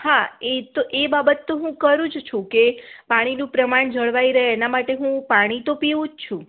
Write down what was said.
હા એ બાબત તો હું કરું છું કે પાણીનું પ્રમાણ જળવાઈ રહે એના માટે હું પાણી તો પીવું જ છું